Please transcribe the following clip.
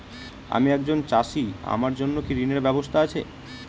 আমি একজন চাষী আমার জন্য কি ঋণের ব্যবস্থা আছে?